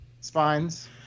spines